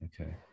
Okay